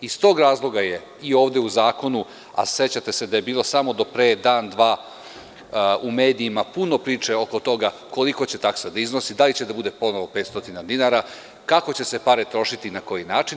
Iz tog razloga je i ovde u zakonu, a sećate se da je bilo samo do pre dan, dva u medijima puno priče oko toga koliko će taksa da iznosi, da li će da bude ponovo 500 dinara, kako će se pare trošiti na koji način.